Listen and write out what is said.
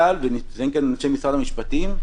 ונמצאים כאן אנשי משרד המשפטים,